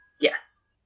Yes